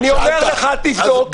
אני אומר לך תבדוק.